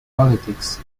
politics